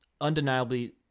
undeniably